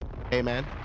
Amen